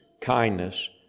kindness